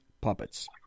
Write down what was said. puppets